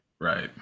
Right